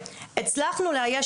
שונה,